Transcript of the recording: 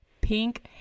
Pink